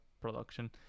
production